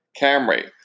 Camry